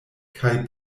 kaj